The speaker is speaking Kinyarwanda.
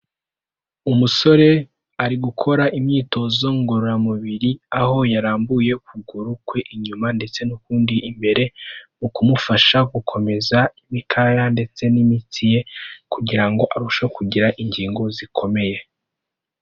Umusore ari gukora imyitozo ngororamubiri, aho yarambuye ukuguru kwe inyuma ndetse n'ukundi imbere, mu kumufasha gukomeza imikaya ndetse n'imitsi ye kugira ngo arusheho kugira ingingo zikomeye.